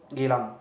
Geylang